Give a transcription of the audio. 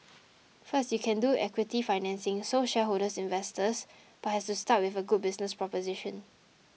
first you can do equity financing so shareholders investors but has to start with a good business proposition